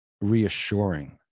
reassuring